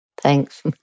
Thanks